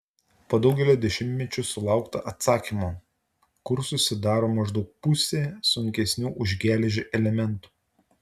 po daugelio dešimtmečių sulaukta atsakymo kur susidaro maždaug pusė sunkesnių už geležį elementų